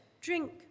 Drink